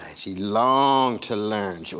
she longed to learn, so